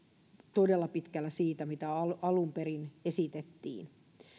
todella pitkällä siitä mitä alun perin esitettiin